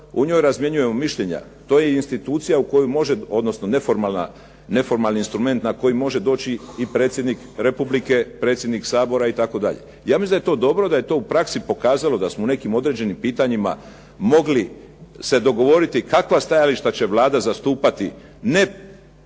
u njoj razmjenjujemo mišljenja. To je institucija, odnosno neformalni instrument na koji može doći i predsjednik Republike, predsjednik Sabora itd. Ja mislim da je to dobro, da je to u praksi pokazalo da smo u nekim određenim pitanjima mogli kakva stajališta će Vlada zastupati,